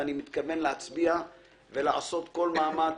אני מתכוון להצביע ולעשות כל מאמץ